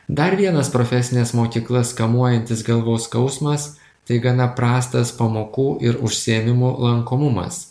dar vienas profesines mokyklas kamuojantis galvos skausmas tai gana prastas pamokų ir užsiėmimų lankomumas